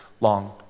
long